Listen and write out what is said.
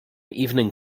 evening